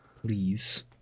please